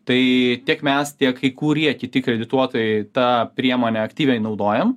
tai tiek mes tiek kai kurie kiti kredituotojai tą priemonę aktyviai naudojam